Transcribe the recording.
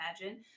imagine